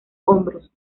hombros